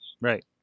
Right